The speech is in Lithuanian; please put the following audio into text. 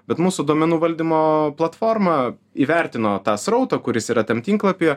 bet mūsų duomenų valdymo platforma įvertino tą srautą kuris yra tam tinklapyje